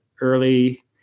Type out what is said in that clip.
early